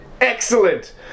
Excellent